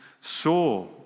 saw